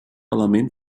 element